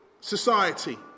society